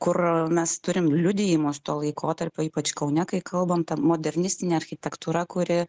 kur mes turim liudijimus to laikotarpio ypač kaune kai kalbam ta modernistinė architektūra kuri